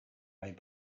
made